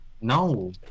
no